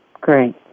Great